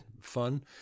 fun